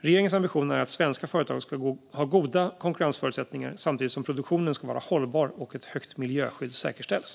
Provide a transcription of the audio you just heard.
Regeringens ambition är att svenska företag ska ha goda konkurrensförutsättningar samtidigt som produktionen ska vara hållbar och ett högt miljöskydd säkerställs.